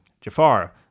Jafar